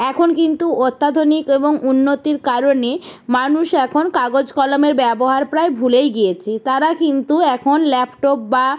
এখন কিন্তু অত্যাধুনিক এবং উন্নতির কারণে মানুষ এখন কাগজ কলমের ব্যবহার প্রায় ভুলেই গিয়েছেতারা কিন্তু এখন ল্যাপটপ বা